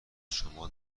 شما